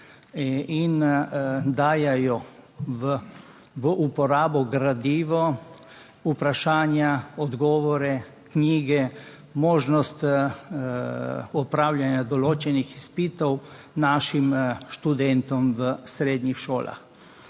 in dajejo v uporabo gradivo, vprašanja, odgovore, knjige, možnost opravljanja določenih izpitov našim študentom v srednjih šolah.